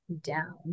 down